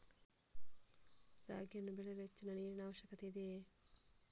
ರಾಗಿಯನ್ನು ಬೆಳೆಯಲು ಹೆಚ್ಚಿನ ನೀರಿನ ಅವಶ್ಯಕತೆ ಇದೆಯೇ?